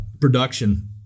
production